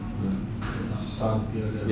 something like that